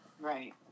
Right